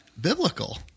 biblical